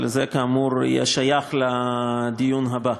אבל זה, כאמור, יהיה שייך לדיון הבא.